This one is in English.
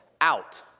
out